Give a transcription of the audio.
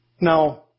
Now